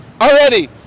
Already